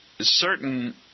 Certain